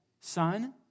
son